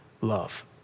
love